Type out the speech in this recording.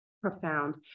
profound